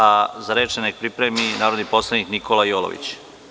A za reč neka se pripremi narodni poslanik Nikola Jolović.